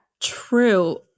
True